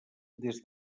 des